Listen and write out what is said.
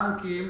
הבנקים,